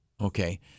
okay